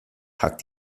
hat